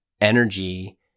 energy